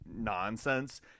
nonsense